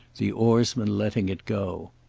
the oarsman letting it go.